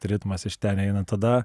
ritmas iš ten eina tada